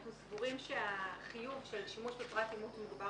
אנחנו סבורים שהחיוב של שימוש בפרט אימות מוגבר